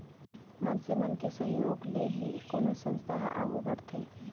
मनसे मन के सहयोग ले ही कोनो संस्था ह आघू बड़थे